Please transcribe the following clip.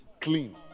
clean